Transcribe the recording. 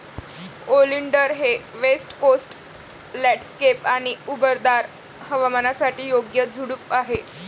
oleander हे west coast landscape आणि उबदार हवामानासाठी योग्य झुडूप आहे